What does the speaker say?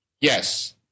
Yes